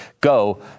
go